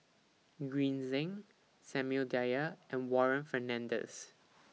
Green Zeng Samuel Dyer and Warren Fernandez